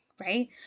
right